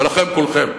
ולכם כולם,